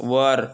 वर